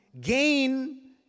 gain